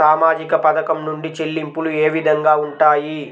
సామాజిక పథకం నుండి చెల్లింపులు ఏ విధంగా ఉంటాయి?